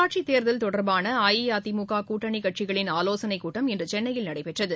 உள்ளாட்சித் தேர்தல் தொடர்பான அஇஅதிமுக கூட்டணி கட்சிகளின் ஆவோசனை கூட்டம் இன்று சென்னையில் நடைபெற்றது